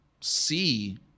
see